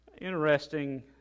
Interesting